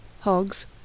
hogs